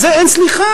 על זה אין סליחה,